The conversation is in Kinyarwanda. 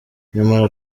nyamara